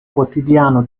quotidiano